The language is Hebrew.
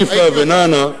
ג'יפה ונענע,